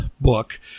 book